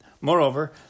Moreover